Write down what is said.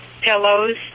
pillows